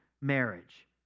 marriage